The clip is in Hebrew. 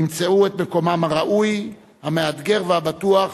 ימצאו את מקומם הראוי, המאתגר והבטוח